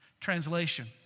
Translation